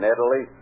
Italy